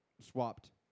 swapped